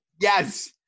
Yes